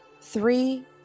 three